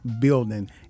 Building